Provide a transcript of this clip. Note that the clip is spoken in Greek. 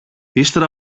ύστερα